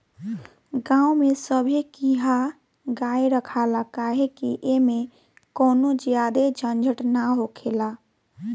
गांव में सभे किहा गाय रखाला काहे कि ऐमें कवनो ज्यादे झंझट ना हखेला